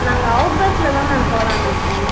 நாங்கள் அவுட் பஸ்ஸில் தான் மேம் போகலான்னு இருக்கோம்